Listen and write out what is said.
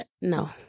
No